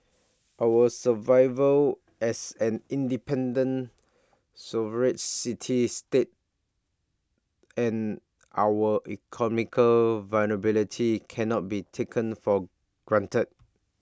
our survival as an independent sovereign city state and our economic viability cannot be taken for granted